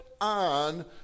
on